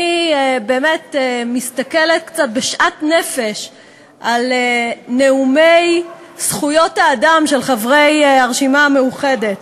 אני מסתכלת קצת בשאט-נפש על נאומי זכויות האדם של חברי הרשימה המאוחדת.